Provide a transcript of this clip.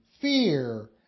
fear